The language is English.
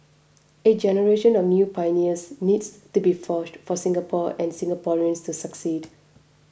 a generation of new pioneers needs to be forged for Singapore and Singaporeans to succeed